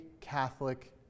Catholic